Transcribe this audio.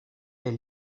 est